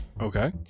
Okay